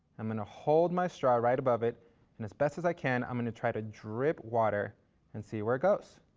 i'm going to hold my straw right above it and as best as i can, i'm going to try to drip water and see where it goes.